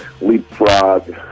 leapfrog